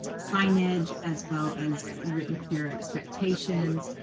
signage as well as written clear expectations.